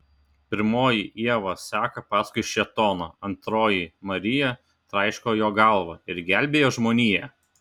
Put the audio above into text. pirmoji ieva seka paskui šėtoną antroji marija traiško jo galvą ir gelbėja žmoniją